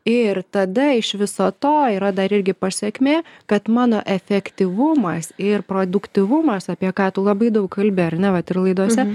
ir tada iš viso to yra dar irgi pasekmė kad mano efektyvumas ir produktyvumas apie ką tu labai daug kalbi ar ne vat ir laidose